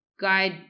guide